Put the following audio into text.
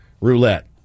roulette